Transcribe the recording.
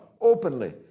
openly